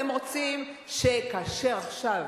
כאשר עכשיו